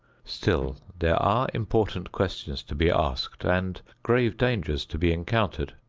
still there are important questions to be asked and grave dangers to be encountered.